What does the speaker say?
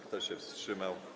Kto się wstrzymał?